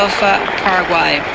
Paraguay